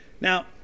Now